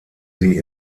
sie